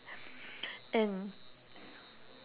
and